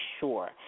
sure